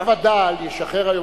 אם הווד”ל ישחרר היום,